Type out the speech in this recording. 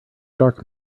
dark